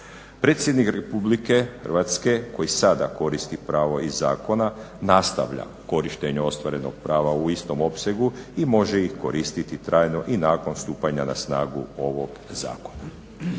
Predsjednik RH koji sada koristi pravo iz zakona nastavlja korištenje ostvarenog prava u istom opsegu i može ih koristiti trajno i nakon stupanja na snagu ovog zakona.